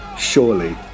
surely